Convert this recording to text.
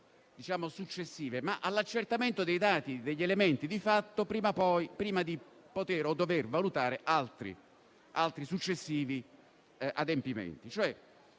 ma all'accertamento dei dati e degli elementi di fatto prima di poter o dover valutare altri successivi adempimenti.